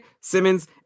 Simmons